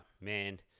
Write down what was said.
man